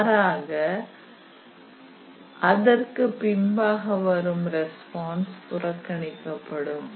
மாறாக அதற்கு பின்பாக வரும் ரெஸ்பான்ஸ் புறக்கணிக்கப்படும்